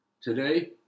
today